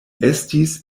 estis